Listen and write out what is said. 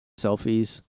selfies